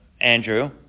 Andrew